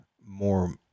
more